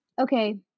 Okay